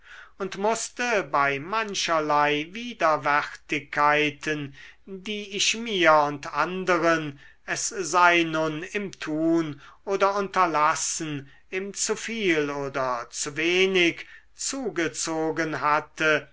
und mußte bei mancherlei widerwärtigkeiten die ich mir und anderen es sei nun im tun oder unterlassen im zuviel oder zuwenig zugezogen hatte